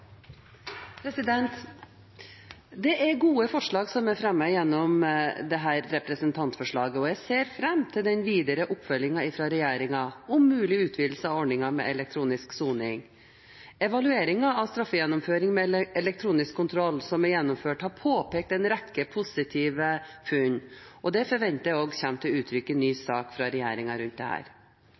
til. Det er gode forslag som er fremmet gjennom dette representantforslaget. Jeg ser fram til den videre oppfølgingen fra regjeringen om mulig utvidelse av ordningen med elektronisk soning. Evalueringen av straffegjennomføring med elektronisk kontroll som er gjennomført, har påpekt en rekke positive funn. Det forventer jeg også kommer til uttrykk i en ny sak fra regjeringen rundt dette. Når det